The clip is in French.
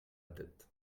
tête